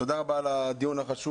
תודה רבה ליושב ראש על הדיון החשוב.